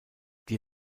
die